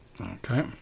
Okay